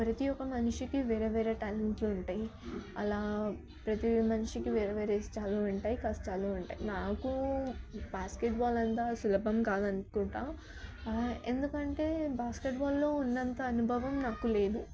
ప్రతి యొక్క మనిషికి వేరే వేరే ట్యాలెంట్లు ఉంటాయి అలా ప్రతి మనిషికి వేరే వేరే ఇష్టాలు ఉంటాయి కష్టాలు ఉంటాయి నాకు బాస్కెట్బాల్ అంత సులభం కాదనుకుంటాను ఎందుకంటే బాస్కెట్బాల్లో ఉన్నంత అనుభవం నాకు లేదు